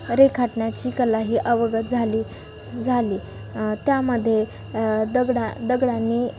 रेखाटण्याची कला ही अवगत झाली झाली त्यामध्ये दगडा दगडांनी